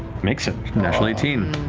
makes it. natural eighteen.